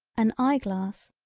an eye glass,